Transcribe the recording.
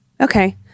Okay